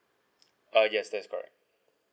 uh yes that's correct